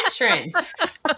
entrance